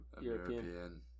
European